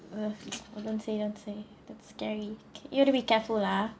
I don't say don't say that scary you have to be careful lah